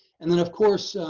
and then of course,